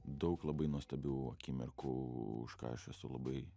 daug labai nuostabių akimirkų už ką aš esu labai